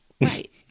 right